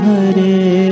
Hare